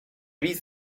víc